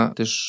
też